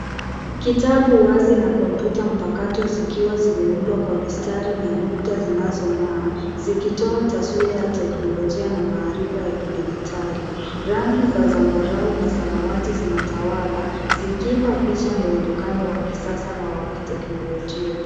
Kitabu wazi na kompyuta mpakato zikiwa zimeundwa kwa mistari na nukta zinazong'aa, zikitoa taswira ya teknolojia na maarifa ya kidijitali. Rangi za zambarau na samawati zinatawala zikiipa picha mwonekano wa kisasa na wa kiteknolojia.